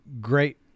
great